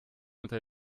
unter